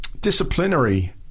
disciplinary